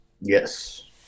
Yes